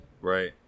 right